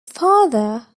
father